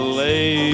lay